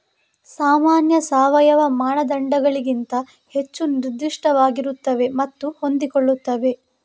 ಸಾಮಾನ್ಯ ಸಾವಯವ ಮಾನದಂಡಗಳಿಗಿಂತ ಹೆಚ್ಚು ನಿರ್ದಿಷ್ಟವಾಗಿರುತ್ತವೆ ಮತ್ತು ಹೊಂದಿಕೊಳ್ಳುತ್ತವೆ